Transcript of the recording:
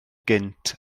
gynt